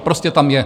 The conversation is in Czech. Prostě tam je.